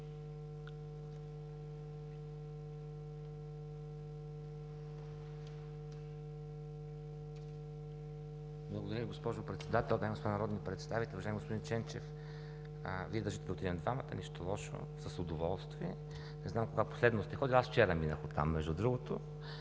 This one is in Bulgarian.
Благодаря, госпожо Председател. Дами и господа народни представители, уважаеми господин Ченчев! Вие държите да отидем двамата. Нищо лошо, с удоволствие. Не знам кога последно сте ходил, аз вчера минах оттам, между другото,